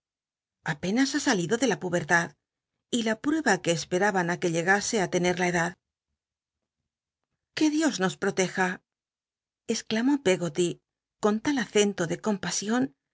apenas ha salido de la pubertad y la pmeba que esperaban i que llegase á tener la edad oteja exclamó peggoty con que dios nos proteja exclamó pcggoty con tal acento de